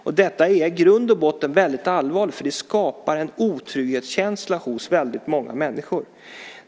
Och detta är i grund och botten väldigt allvarligt eftersom det skapar en otrygghetskänsla hos väldigt många människor.